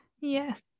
Yes